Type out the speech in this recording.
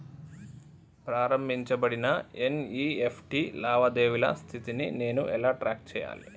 ప్రారంభించబడిన ఎన్.ఇ.ఎఫ్.టి లావాదేవీల స్థితిని నేను ఎలా ట్రాక్ చేయాలి?